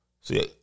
See